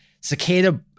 cicada